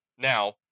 Now